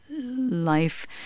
life